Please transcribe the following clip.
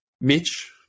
Mitch